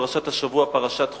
פרשת השבוע היא פרשת חוקת,